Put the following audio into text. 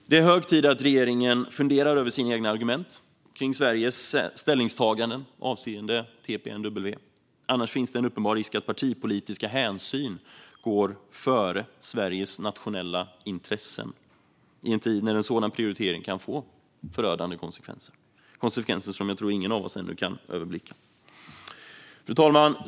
Det är hög tid att regeringen funderar över sina egna argument kring Sveriges ställningstagande avseende TPNW, annars finns det en uppenbar risk att partipolitiska hänsyn går före Sveriges nationella intressen i en tid när en sådan prioritering kan få förödande konsekvenser, konsekvenser som jag tror att ingen av oss ännu kan överblicka. Fru talman!